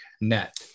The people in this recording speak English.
net